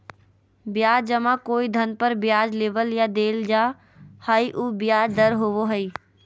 ब्याज जमा कोई धन पर ब्याज लेबल या देल जा हइ उ ब्याज दर होबो हइ